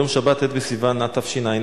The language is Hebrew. ביום שבת, ט' בסיוון התשע"א,